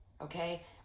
Okay